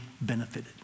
benefited